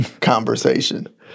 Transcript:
conversation